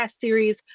series